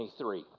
23